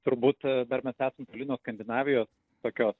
turbūt dar mes esam toli nuo skandinavijos tokios